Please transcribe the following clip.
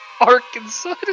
arkansas